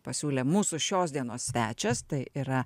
pasiūlė mūsų šios dienos svečias tai yra